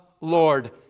Lord